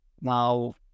Now